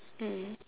mm